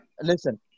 Listen